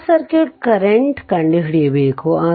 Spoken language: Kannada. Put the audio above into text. ಶಾರ್ಟ್ ಸರ್ಕ್ಯೂಟ್ ಕರೆಂಟ್ ಕಂಡುಹಿಡಿಯಬೇಕು